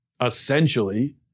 essentially